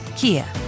Kia